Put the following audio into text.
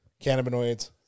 Cannabinoids